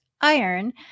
iron